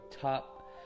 top